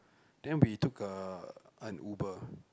then we took a an Uber